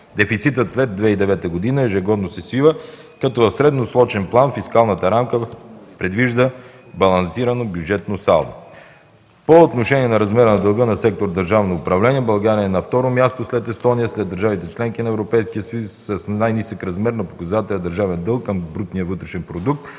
Дефицитът след 2009 г. ежегодно се свива, като в средносрочен план фискалната рамка предвижда балансирано бюджетно салдо. По отношение на размера на дълга на сектор „Държавно управление” България е на второ място след Естония сред държавите-членки на Европейския съюз, с най-нисък размер на показателя „държавен дълг” към брутния вътрешен продукт